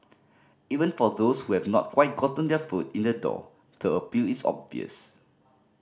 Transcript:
even for those who have not quite gotten their foot in the door the appeal is obvious